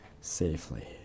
safely